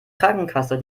krankenkasse